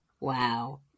wow